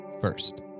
first